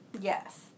Yes